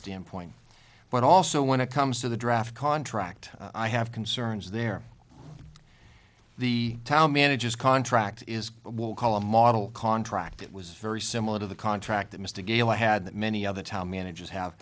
standpoint but also when it comes to the draft contract i have concerns there the town manager's contract is what will call a model contract it was very similar to the contract that mr gale had that many of the town managers have